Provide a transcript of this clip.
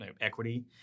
equity